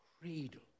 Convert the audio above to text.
cradle